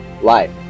life